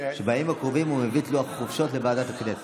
שבימים הקרובים הוא יביא את לוח החופשות לוועדת הכנסת,